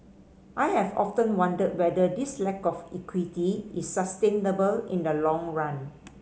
I have often wondered whether this lack of equity is sustainable in the long run